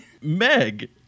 Meg